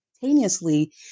simultaneously